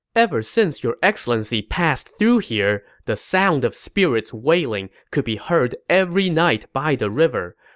ever since your excellency passed through here, the sound of spirits wailing could be heard every night by the river.